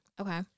okay